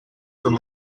from